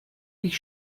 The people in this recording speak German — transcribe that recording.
ich